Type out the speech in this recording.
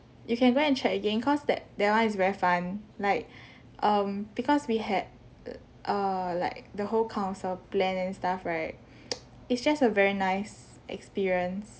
you can go and check again cause that that one is very fun like um because we had err err like the whole council plan and stuff right it's just a very nice experience